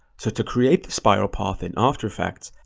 to to create the spiral path in after effects,